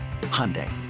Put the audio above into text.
Hyundai